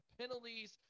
penalties